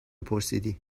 پرسیدی